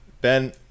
Ben